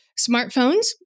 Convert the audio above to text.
smartphones